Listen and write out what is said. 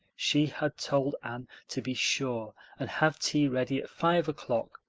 she had told anne to be sure and have tea ready at five o'clock,